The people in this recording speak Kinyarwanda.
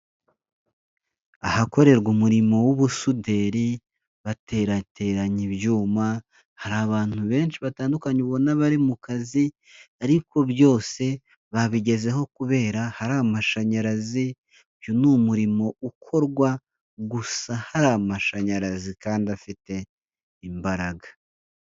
Ahakorerwa umurimo w'ubusuderi, baterateranye ibyuma, hari abantu benshi batandukanye ubona bari mu kazi, ariko byose babigezeho kubera hari amashanyarazi, uyu ni umurimo ukorwa gusa hari amashanyarazi kandi afite imbaraga.